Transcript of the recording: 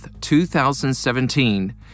2017